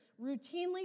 routinely